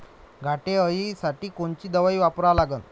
घाटे अळी साठी कोनची दवाई वापरा लागन?